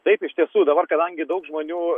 taip iš tiesų dabar kadangi daug žmonių